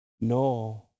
no